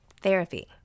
Therapy